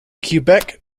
quebec